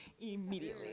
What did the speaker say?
Immediately